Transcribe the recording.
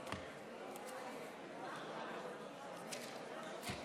אני מתכבד להביא בפני הכנסת לקריאה